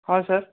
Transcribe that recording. ହଁ ସାର୍